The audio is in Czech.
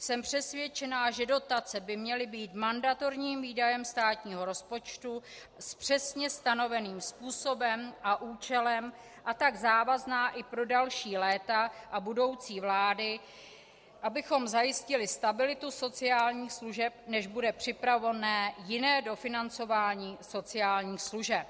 Jsem přesvědčená, že dotace by měla být mandatorním výdajem státního rozpočtu s přesně stanoveným způsobem a účelem, a tak závazná i pro další léta a budoucí vlády, abychom zajistili stabilitu sociálních služeb, než bude připravené jiné dofinancování sociálních služeb.